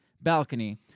balcony